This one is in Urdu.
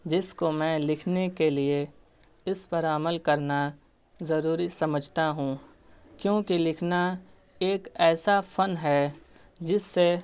جس کو میں لکھنے کے لیے اس پر عمل کرنا ضروری سمجھتا ہوں کیونکہ لکھنا ایک ایسا فن ہے جس سے